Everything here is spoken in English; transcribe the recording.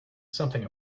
something